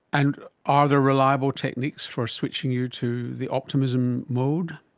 and are there reliable techniques for switching you to the optimism mode?